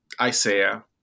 Isaiah